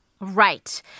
Right